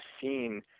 seen